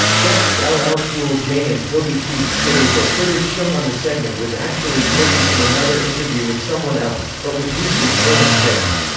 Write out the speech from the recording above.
guests ah ll cool j and toby keith stated that footage shown on the segment was actually taken from another interview with someone else, but was used in palin's segment.